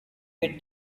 with